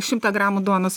šimtą gramų duonos